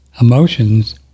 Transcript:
emotions